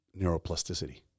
neuroplasticity